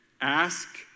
Ask